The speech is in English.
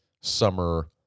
summer